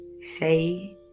Say